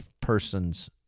person's